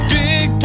big